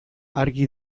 argi